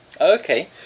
Okay